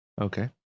Okay